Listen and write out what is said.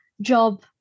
job